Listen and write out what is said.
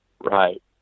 Right